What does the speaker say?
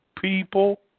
people